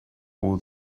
all